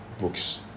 books